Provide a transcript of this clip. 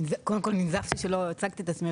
קודם כל, ננזפתי שלא הצגתי את עצמי.